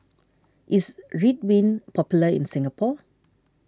is Ridwind popular in Singapore